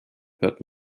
hört